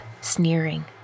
sneering